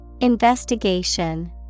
Investigation